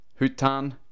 Hutan